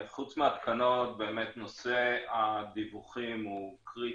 חוץ מהתקנות, באמת נושא הדיווחים הוא קריטי.